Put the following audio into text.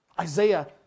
Isaiah